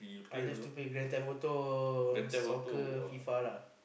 I love to Grand-Theft-Auto soccer F_I_F_A lah